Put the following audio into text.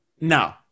No